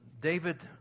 David